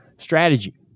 strategy